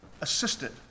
assisted